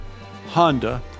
Honda